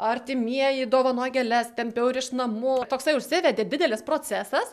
artimieji dovanoja gėles tempiau ir iš namų toksai užsivedė didelis procesas